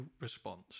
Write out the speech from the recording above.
response